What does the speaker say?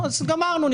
אז גמרנו,